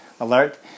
alert